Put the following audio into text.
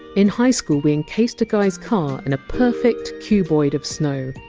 in high school we encased a guy's car in a perfect cuboid of snow,